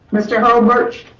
mr. hulbert.